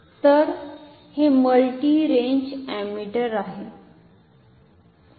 तर हे multi range ammeter आहे